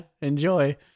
enjoy